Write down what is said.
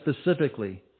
specifically